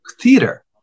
theater